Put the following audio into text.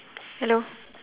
hello